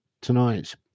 tonight